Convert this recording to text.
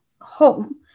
home